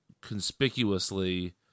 conspicuously